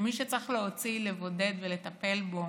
שאת מי שצריך להוציא, לבודד ולטפל בו